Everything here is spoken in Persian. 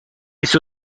بیست